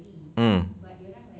mm